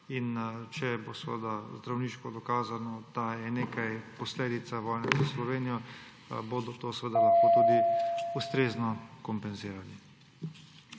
in če bo zdravniško dokazano, da je nekaj posledica vojne za Slovenijo, bodo to lahko tudi ustrezno kompenzirali.